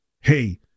hey